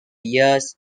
years